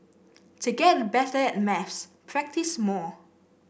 to get better at maths practise more